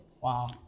Wow